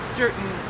certain